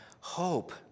hope